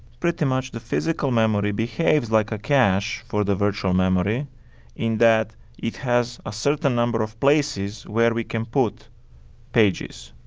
pretty much the physical memory behaves like a cache for the virtual memory in that it has a certain number of places where we can put pages.